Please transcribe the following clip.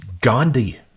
Gandhi